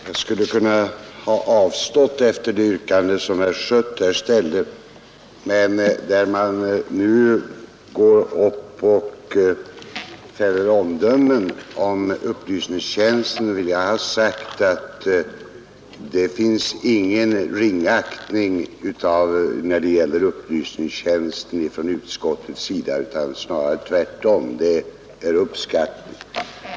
Herr talman! Jag skulle ha kunnat avstå från att yttra mig efter det yrkande som herr Schött ställde, men eftersom här har fällts omdömen om upplysningstjänsten vill jag ha sagt att utskottet inte hyser någon ringaktning för upplysningstjänsten utan tvärtom uppskattar den.